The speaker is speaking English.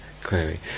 clearly